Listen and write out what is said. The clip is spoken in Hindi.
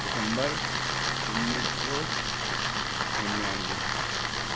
दिसंबर उन्नीस सौ निन्यानवे